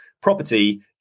Property